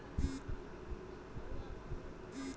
मिट्टीर जाँच करे वहार स्थिति जनाल जवा सक छे